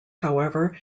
however